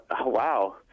wow